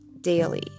daily